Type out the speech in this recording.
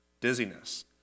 dizziness